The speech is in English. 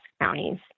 counties